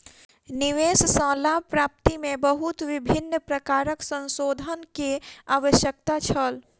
निवेश सॅ लाभ प्राप्ति में बहुत विभिन्न प्रकारक संशोधन के आवश्यकता छल